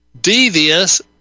devious